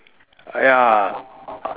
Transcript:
ya